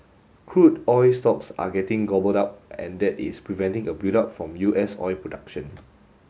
crude oil stocks are getting gobbled up and that is preventing a buildup from U S oil production